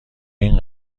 این